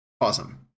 Awesome